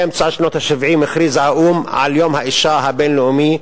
באמצע שנות ה-70 הכריז האו"ם על יום האשה הבין-לאומי,